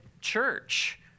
church